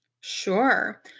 Sure